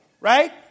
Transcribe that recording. Right